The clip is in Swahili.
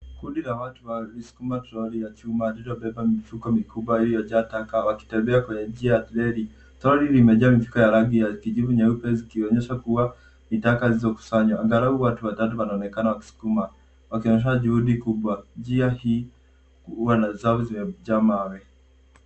Kundi la watu wakiskuma troli ya chuma iliyo beba mifuko mikubwa iliyo jaa taka wakitembea kwenye njia ya treli troli limejaa mifuko ya rangi ya kijivu nyeupe zikionyesha kuwa ni taka zilizo kusanywa angalau watu watatu wanonekana wakiskuma wakionyeshana juhudi kubwa njia huwa za zamu zimejaa mawe.